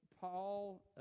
Paul